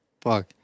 fuck